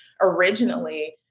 originally